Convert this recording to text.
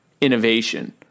innovation